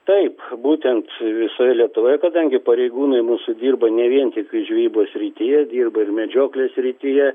taip būtent visoje lietuvoje kadangi pareigūnai mūsų dirba ne vien tik žvejybos srityje dirba ir medžioklės srityje